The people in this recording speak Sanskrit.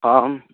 अहम्